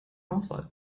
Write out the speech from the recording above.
auswahl